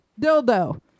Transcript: dildo